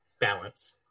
balance